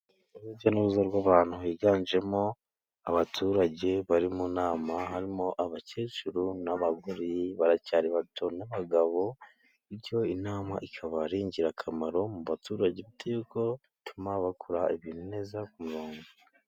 Urujya n'uruza rw'abantu higanjemo abaturage bari mu nama. Harimo abakecuru n'abagore, baracyari bato n'abagabo, bityo inama ikaba ari ingirakamaro mu baturage bitewe n'uko bituma bakora ibintu neza ku murongo.